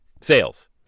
sales